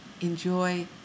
Enjoy